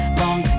long